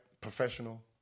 professional